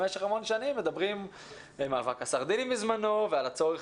במשך המון שנים מדברים על "מאבק הסרדינים" בזמנו ועל הצורך